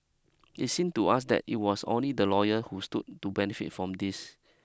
it seem to us that it was only the lawyer who stood to benefit from this